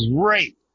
great